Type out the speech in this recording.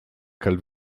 ch’el